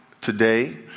today